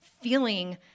feeling